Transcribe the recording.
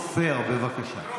אמרה לווליד טאהא היום?